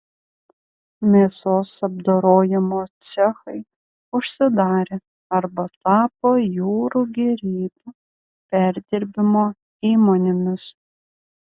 mėsos apdorojimo cechai užsidarė arba tapo jūrų gėrybių perdirbimo įmonėmis